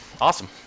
Awesome